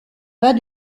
pas